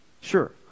Sure